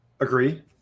Agree